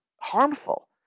harmful